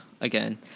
again